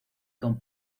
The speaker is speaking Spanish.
con